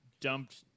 dumped